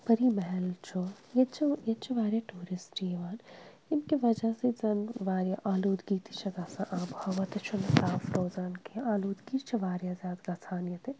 پٔری محل چھُ ییٚتہِ چھِ ییٚتہِ چھِ واریاہ ٹوٗرِسٹ یِوان ییٚمہِ کہِ وجہ سۭتۍ زَن واریاہ آلودگی تہِ چھےٚ گَژھان آبہٕ ہوا تہِ چھُنہٕ صاف روزان کینٛہہ آلودگی چھِ واریاہ زیادٕ گَژھان ییٚتہِ